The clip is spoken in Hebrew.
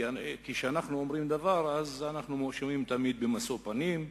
כי כשאנחנו אומרים דבר אנחנו מואשמים תמיד במשוא-פנים,